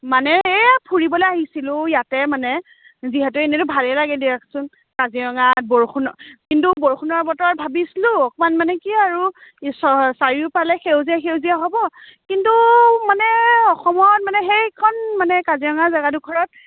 মানে এই ফুৰিবলৈ আহিছিলোঁ ইয়াতে মানে যিহেতু এনেইতো ভালে লাগে দিয়কচোন কাজিৰঙাত বৰষুণ কিন্তু বৰষুণৰ বতৰ ভাবিছিলোঁ অকণমান মানে কি আৰু চ চাৰিওফালে সেউজীয়া সেউজীয়া হ'ব কিন্তু মানে অসমত মানে সেইখন মানে কাজিৰঙাৰ জেগাডোখৰত